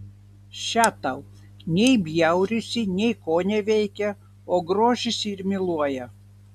še tau nei bjaurisi nei koneveikia o grožisi ir myluoja